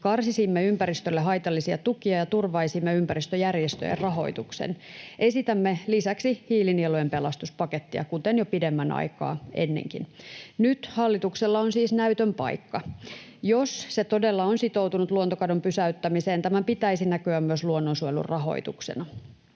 Karsisimme ympäristölle haitallisia tukia ja turvaisimme ympäristöjärjestöjen rahoituksen. Esitämme lisäksi hiilinielujen pelastuspakettia, kuten jo pidemmän aikaa ennenkin. Nyt hallituksella on siis näytön paikka. Jos se todella on sitoutunut luontokadon pysäyttämiseen, tämän pitäisi näkyä myös luonnonsuojelun rahoituksena.